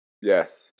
Yes